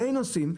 נוסעים.